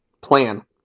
plan